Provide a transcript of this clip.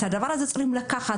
את הדבר הזה צריך לקחת,